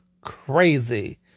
crazy